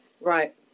Right